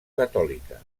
catòlica